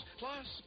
plus